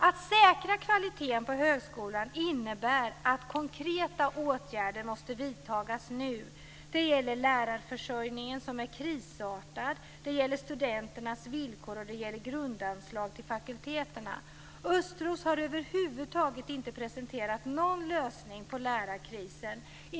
Att säkra kvaliteten på högskolan innebär att konkreta åtgärder måste vidtas nu. Det gäller lärarförsörjningen, som är krisartad, det gäller studenternas villkor och det gäller grundanslag till fakulteterna. Östros har över huvud taget inte presenterat någon lösning på lärarkrisen.